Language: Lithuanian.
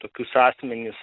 tokius asmenis